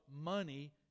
money